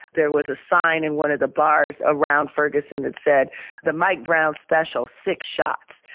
there was a sign in one of the bars around ferguson that said the mike brown special six shots.